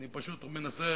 אני פשוט מנסה